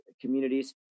communities